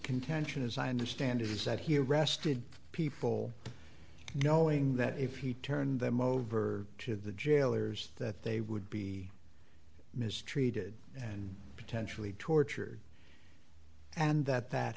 contention as i understand is that he arrested people knowing that if he turned them over to the jailers that they would be mistreated and potentially tortured and that that